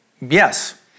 Yes